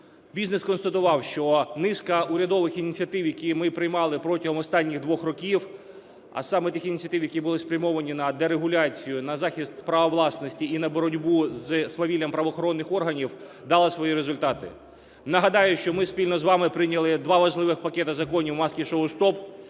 Бізнес констатував, що низка урядових ініціатив, які ми приймали протягом останніх двох років, а саме тих ініціатив, які були спрямовані на дерегуляцію і на захист права власності, і на боротьбу з свавіллям правоохоронних органів, дало свої результати. Нагадаю, що ми спільно з вами прийняли два важливих пакети законів "Маски-шоу стоп",